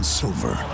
silver